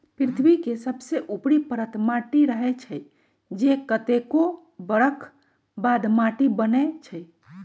पृथ्वी के सबसे ऊपरी परत माटी रहै छइ जे कतेको बरख बाद माटि बनै छइ